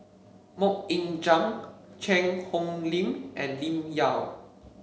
MoK Ying Jang Cheang Hong Lim and Lim Yau